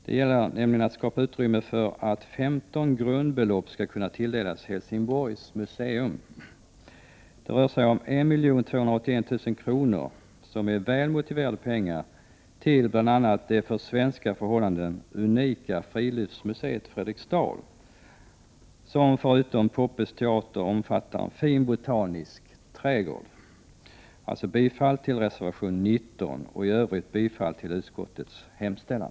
Det gäller nämligen att skapa utrymme för att 15 grundbelopp skall kunna tilldelas Helsingborgs museum. Det rör sig om 1 281 000 kr. — väl motiverade pengar till bl.a. det för svenska förhållanden unika friluftsmuseet Fredriksdal, som förutom Poppes teater omfattar en fin botanisk trädgård. Jag yrkar alltså bifall till reservation 19. I övrigt yrkar jag bifall till utskottets hemställan.